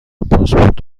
پاسپورت